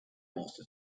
master